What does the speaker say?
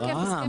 הבראה,